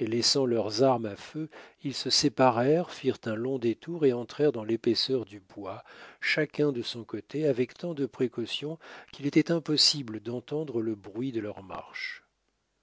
et laissant leurs armes à feu ils se séparèrent firent un long détour et entrèrent dans l'épaisseur du bois chacun de son côté avec tant de précaution qu'il était impossible d'entendre le bruit de leur marche